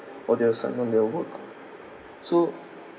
or their assignment or their work so